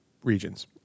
Regions